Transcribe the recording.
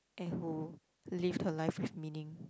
and who lived her life with meaning